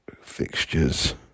fixtures